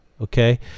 okay